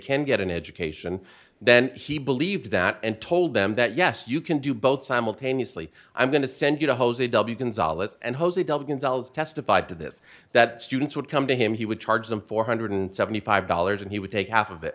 can get an education then he believed that and told them that yes you can do both simultaneously i'm going to send you to jose w consolidate and jose duggan sells testified to this that students would come to him he would charge them four hundred and seventy five dollars and he would take half of it